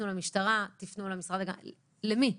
למי פונים?